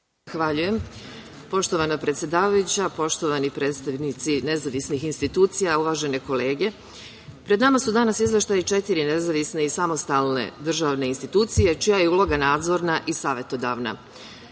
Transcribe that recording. Zahvaljujem. Poštovana predsedavajuća, poštovani predstavnici nezavisnih institucija, uvažene kolege, pred nama su danas izveštaji četiri nezavisne i samostalne državne institucije, čija je ulog nadzorna i savetodavna. Svojim